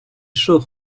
chaud